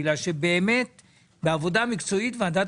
כי באמת בעבודה מקצועית אסור היה לוועדת